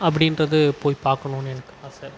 அப்படின்றது போய் பார்க்கணுன்னு எனக்கு ஆசை